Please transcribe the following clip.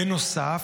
בנוסף,